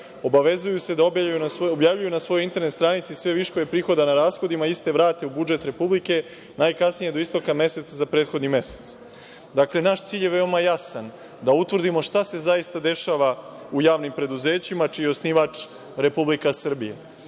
obavezuju se da objavljuju na svojoj internet stranici sve viškove prihoda nad rashodima i iste vrate u budžet Republike, najkasnije do isteka meseca za prethodni mesec“.Dakle, naš cilj je veoma jasan – da utvrdimo šta se zaista dešava u javnim preduzećima čiji je osnivač Republika Srbija,